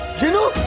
genie!